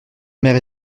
mère